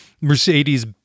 Mercedes